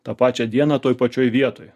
tą pačią dieną toj pačioj vietoj